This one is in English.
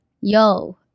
yo